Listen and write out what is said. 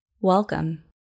Welcome